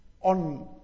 on